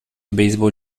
beisebol